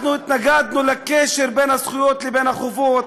אנחנו התנגדנו לקשר בין הזכויות לבין החובות,